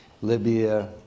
Libya